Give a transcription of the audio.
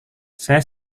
saya